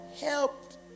helped